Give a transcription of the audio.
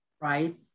right